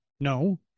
No